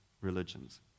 religions